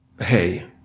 hey